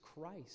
Christ